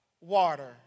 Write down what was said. water